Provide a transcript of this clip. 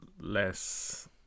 less